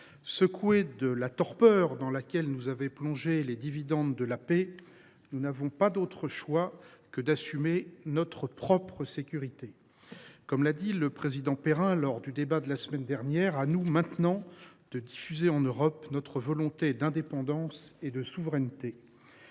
Secoués de la torpeur dans laquelle nous avaient plongés les dividendes de la paix, nous n’avons pas d’autre choix que d’assumer notre propre sécurité. Comme l’a dit le président Perrin lors du débat que nous avons eu la semaine dernière au Sénat, il nous revient maintenant de « diffuser en Europe notre volonté d’indépendance et de souveraineté ».